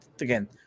again